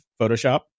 Photoshop